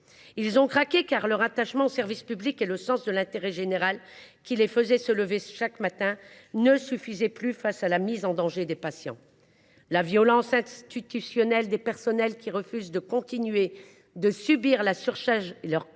Ils ont craqué, car leur attachement au service public et le sens de l’intérêt général, qui les faisaient se lever chaque matin, ne suffisaient plus face à la mise en danger des patients. La violence institutionnelle qui s’exerce sur les personnels qui refusent de continuer de subir une